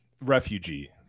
refugee